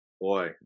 boy